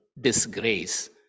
disgrace